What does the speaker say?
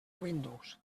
windows